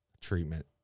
treatment